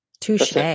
Touche